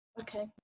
okay